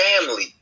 family